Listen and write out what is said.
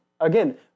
again